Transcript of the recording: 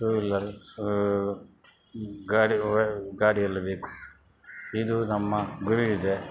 to wheeler ಗಾಡಿ ವ ಗಾಡಿ ಎಲ್ಲ ಬೇಕು ಇದು ನಮ್ಮ ಗುರಿ ಇದೆ